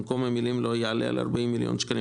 במקום המילים: לא יעלה על 40 מיליון שקלים